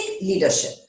leadership